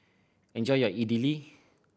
enjoy your Idili